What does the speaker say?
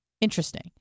Interesting